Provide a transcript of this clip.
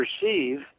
perceive